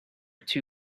two